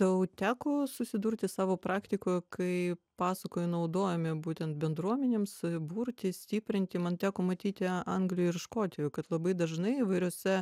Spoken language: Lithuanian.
tau teko susidurti savo praktikoj kai pasakoji naudojami būtent bendruomenėms burti stiprinti man teko matyti anglijoj ir škotijoj kad labai dažnai įvairiuose